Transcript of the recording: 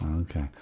Okay